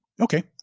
Okay